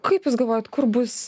kaip jūs galvojat kur bus